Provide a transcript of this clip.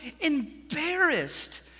embarrassed